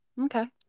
Okay